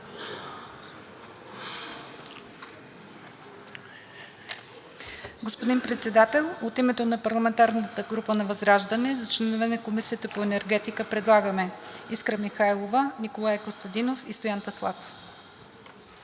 Господин Председател, от името на парламентарната група на ВЪЗРАЖДАНЕ за членове на Комисията по енергетика предлагам Искра Михайлова, Николай Костадинов и Стоян Таслаков.